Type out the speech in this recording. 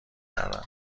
کردن